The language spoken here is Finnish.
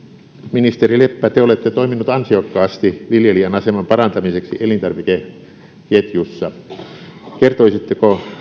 ministeri leppä te olette toiminut ansiokkaasti viljelijän aseman parantamiseksi elintarvikeketjussa kertoisitteko